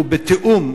ובתיאום,